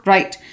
Right